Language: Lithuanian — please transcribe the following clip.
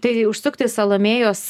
tai užsukti į salomėjos